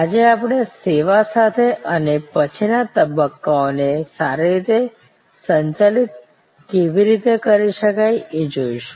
આજે આપણે સેવા સાથે અને પછીના તબક્કાઓને સારી રીતે સંચાલિત કેવી રીતે કરી શકાય એ જોઈશું